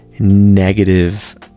negative